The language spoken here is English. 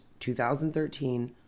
2013